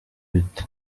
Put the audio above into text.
bite